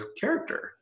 character